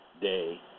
Day